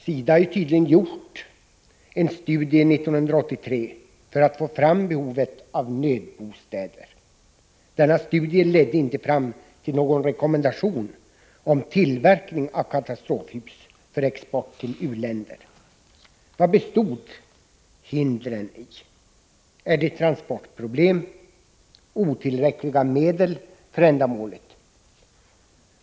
SIDA har tydligen gjort en studie 1983 för att få fram behovet av nödbostäder. Denna studie ledde inte till någon rekommendation om tillverkning av katastrofhus för export till u-länder. Vad bestod hindren i? Var det transportproblem? Fanns det otillräckliga medel för ändamålet?